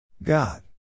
God